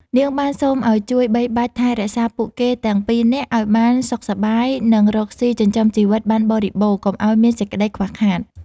នាងបានសូមឲ្យជួយបីបាច់ថែរក្សាពួកគេទាំងពីរនាក់ឲ្យបានសុខសប្បាយ និងរកស៊ីចិញ្ចឹមជីវិតបានបរិបូណ៌ កុំឲ្យមានសេចក្ដីខ្វះខាត។